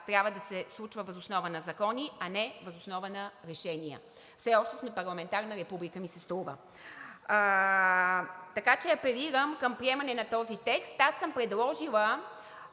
трябва да се случва въз основа на закони, а не въз основа на решения. Все още сме парламентарна република, ми се струва, така че апелирам към приемане на този текст. Аз съм предложила